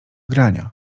grania